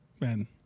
man